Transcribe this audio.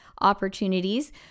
opportunities